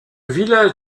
village